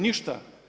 Ništa.